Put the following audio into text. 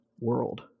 world